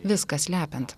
viską slepiant